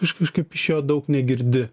iš kažkaip iš jo daug negirdi